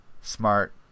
Smart